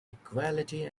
equality